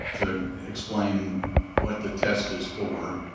to explain what the test is for,